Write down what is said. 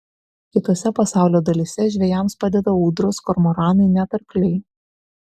kitose pasaulio dalyse žvejams padeda ūdros kormoranai net arkliai